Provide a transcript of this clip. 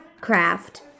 Craft